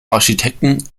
architekten